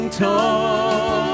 tall